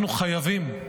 אנחנו חייבים,